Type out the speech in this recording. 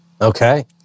Okay